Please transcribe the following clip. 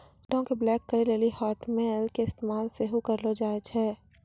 कार्डो के ब्लाक करे लेली हाटमेल के इस्तेमाल सेहो करलो जाय छै